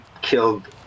killed